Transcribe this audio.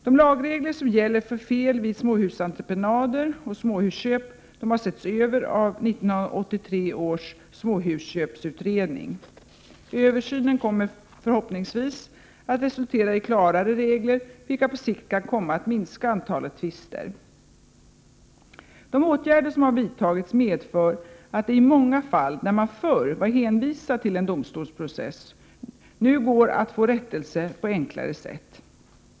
De lagregler som gäller för fel vid småhusentreprenader och småhusköp har setts över av 1983 års småhusköpsutredning. Översynen kommer förhoppningsvis att resultera i klarare regler, vilket på sikt kan komma att minska antalet tvister. De åtgärder som har vidtagits medför att det i många fall, där man förr var hänvisad till en domstolsprocess, nu går att få rättelse på enklare sätt.